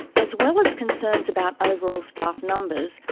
as well as concerns about overall staff numbers,